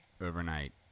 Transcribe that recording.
Overnight